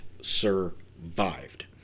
survived